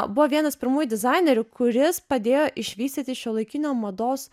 buvo vienas pirmųjų dizainerių kuris padėjo išvystyti šiuolaikinio mados